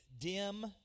Dim